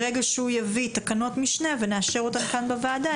ברגע שהוא יביא תקנות משנה ונאשר אותן כאן בוועדה,